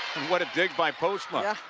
what a dig by postma. yeah